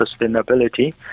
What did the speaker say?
sustainability